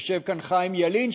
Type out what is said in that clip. יושב כאן חיים ילין,